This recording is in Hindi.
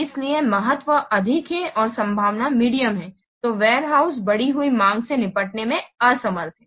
इसलिए महत्व अधिक है और संभावना मेडियम है तो वेयरहाउस बढ़ी हुई मांग से निपटने में असमर्थ है